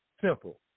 Simple